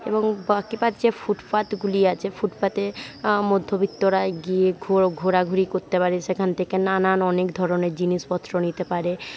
এবং বাকি পাচ্ছে ফুটপাথগুলি আচে ফু্টপাথে মধ্যবিত্তরাই গিয়ে ঘোরো ঘোরাঘুরি করতে পারে সেখান থেকে নানান অনেক ধরণের জিনিসপত্র নিতে পারে